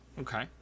Okay